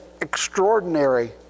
extraordinary